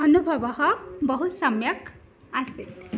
अनुभवः बहु सम्यक् आसीत्